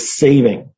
saving